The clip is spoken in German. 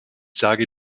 sage